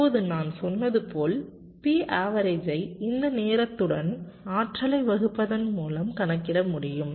இப்போது நான் சொன்னது போல் P average ஐ இந்த நேரத்துடன் ஆற்றலை வகுப்பதன் மூலம் கணக்கிட முடியும்